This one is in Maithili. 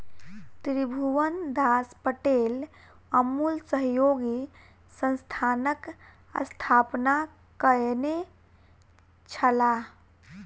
त्रिभुवनदास पटेल अमूल सहयोगी संस्थानक स्थापना कयने छलाह